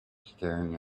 staring